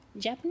Japanese